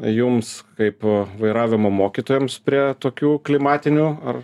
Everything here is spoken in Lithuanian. jums kaip vairavimo mokytojams prie tokių klimatinių ar